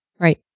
Right